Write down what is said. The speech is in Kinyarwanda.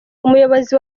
umuyobozi